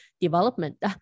development